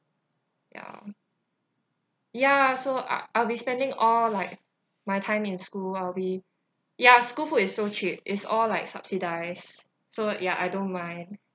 ya ya so I I'll be spending all like my time in school I'll be ya school food is so cheap is all like subsidised so ya I don't mind